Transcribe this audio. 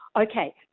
Okay